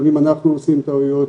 גם אם אנחנו עושים טעויות,